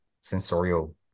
sensorial